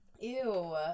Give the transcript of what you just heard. Ew